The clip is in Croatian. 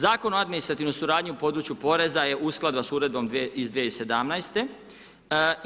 Zakon o administrativnoj suradnji u području poreza je uskladba sa Uredbom iz 2017.-te.